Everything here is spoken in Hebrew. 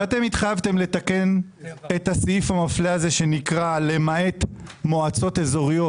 אתם התחייבתם לתקן את הסעיף המפלה הזה שנקרא: למעט מועצות אזוריות,